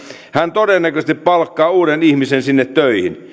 todennäköisesti palkkaa uuden ihmisen sinne töihin